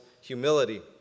humility